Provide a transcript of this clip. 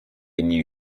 new